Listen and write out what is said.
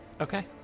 Okay